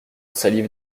salive